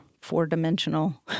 four-dimensional